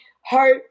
hope